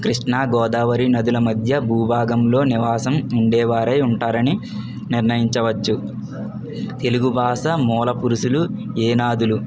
కృష్ణ గోదావరి నదుల మధ్య భూభాగంలో నివాసం ఉండేవారై ఉంటారని నిర్ణయించ వచ్చు తెలుగు భాష మూలపురుషులు ఏనాధులు